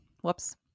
Whoops